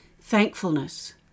thankfulness